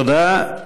תודה.